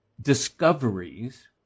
discoveries